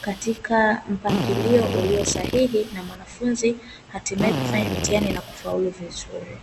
katika mpangilio uliosahihi, na mwanafunzi kufanya mitihani na hatimaye kufaulu vizuri.